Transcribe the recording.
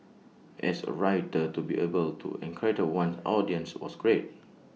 as A writer to be able to enrapture one's audience was great